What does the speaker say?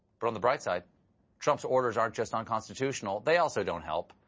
but the bright side trump's orders aren't just unconstitutional, they also don't help.